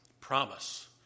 promise